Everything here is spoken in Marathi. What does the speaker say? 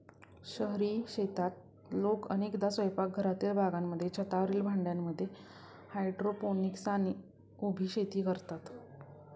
शहरी शेतीत लोक अनेकदा स्वयंपाकघरातील बागांमध्ये, छतावरील भांड्यांमध्ये हायड्रोपोनिक्स आणि उभी शेती करतात